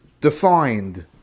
defined